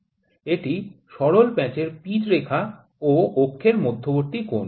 এটি সরল প্যাঁচের পিচ রেখা ও অক্ষের মধ্যবর্তী কোণ